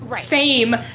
fame